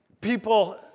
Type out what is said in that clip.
people